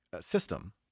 system